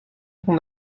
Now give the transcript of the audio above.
qu’on